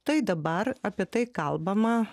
tai dabar apie tai kalbama